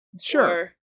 Sure